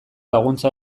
laguntza